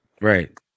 Right